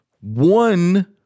One